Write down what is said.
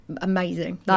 Amazing